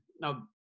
Now